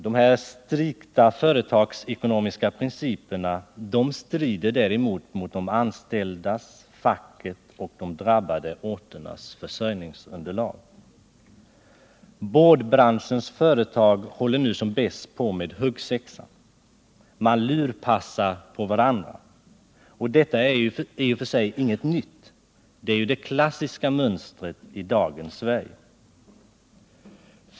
De strikt företagsekonomiska principerna är ett hot mot de anställda, facket och de drabbade orternas försörjningsunderlag. Boardbranschens företag håller nu som bäst på med huggsexan. Man lurpassar på varandra. Detta är ju i och för sig ingenting nytt — det är det klassiska mönstret i dagens Sverige.